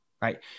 Right